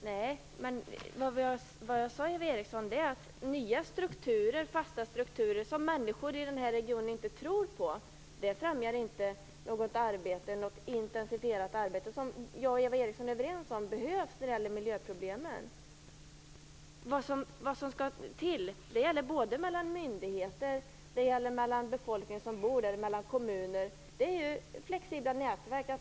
Herr talman! Vad jag sade var, Eva Eriksson, att nya fasta strukturer i den här regionen som människor inte tror på inte främjar något intensifierat arbete, som jag och Eva Eriksson är överens om behövs när det gäller miljöproblemen. Vad som skall till - och det gäller mellan myndigheter, bland befolkningen som bor där och mellan kommuner - är flexibla nätverk.